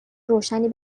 روشنی